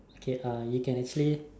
okay uh you can actually